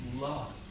love